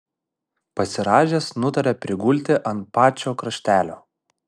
pasirąžęs nutarė prigulti ant pačio kraštelio